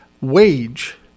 wage